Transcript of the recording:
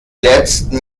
letzten